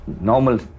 normal